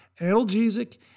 analgesic